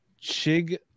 Chig